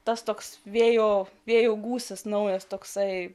tas toks vėjo vėjo gūsis naujas toksai